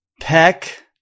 peck